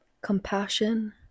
compassion